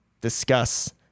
discuss